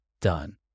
done